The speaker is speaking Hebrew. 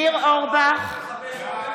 אדוני